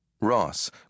Ross